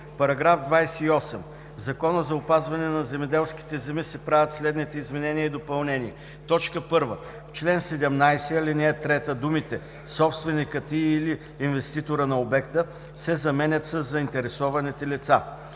§ 28: „§ 28. В Закона за опазване на земеделските земи се правят следните изменения и допълнения: 1. В чл. 17, ал. 3, думите „собственикът и/или инвеститорът на обекта“ се заменят със „заинтересованите лица“;